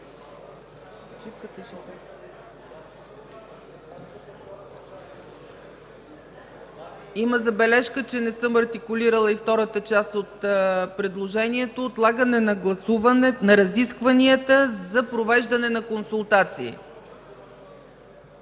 Има забележка, че не съм артикулирала и втората част от предложението – отлагане на разискванията за провеждане на консултации.